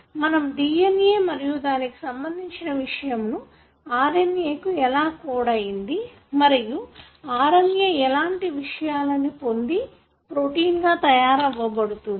కాబట్టి మనకు DNA మరియు దానికి సంభందించిన విషయము RNA కు ఎలా కోడ్ అయ్యింది మరియు RNA ఎలాంటి విషయాలను పొంది ప్రోటీన్ గా అవ్వబడుతుంది